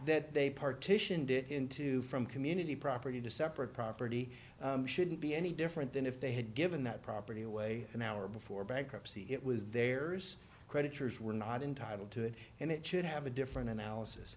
that they partitioned it into from community property to separate property shouldn't be any different than if they had given that property away an hour before bankruptcy it was theirs creditors were not entitle to and it should have a different analysis